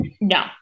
No